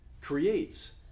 creates